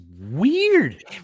weird